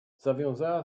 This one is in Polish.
zawiązała